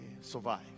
survive